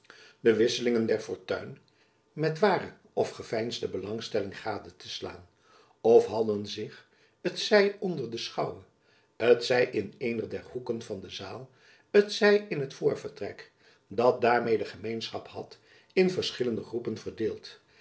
de wisselingen der fortuin met ware of geveinsde belangstelling gade te slaan of hadden zich t zij onder de schouwe t zij in eenen der hoeken van de zaal t zij in het voorvertrek dat daarmede gemeenschap had in verschillende groepen verdeeld